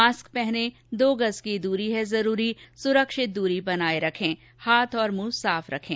mask पहनें दो गज़ की दूरी है जरूरी सुरक्षित दूरी बनाए रखें हाथ और मुंह साफ रखें